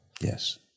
Yes